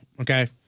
Okay